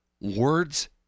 words